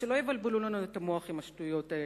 אז שלא יבלבלו לנו את המוח עם השטויות האלה.